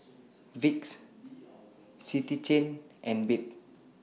Vicks City Chain and Bebe